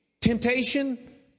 Temptation